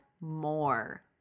more